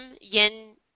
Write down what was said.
Yin